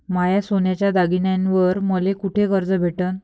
माया सोन्याच्या दागिन्यांइवर मले कुठे कर्ज भेटन?